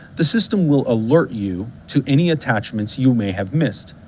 the system will alert you to any attachments you may have missed,